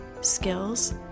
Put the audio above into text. skills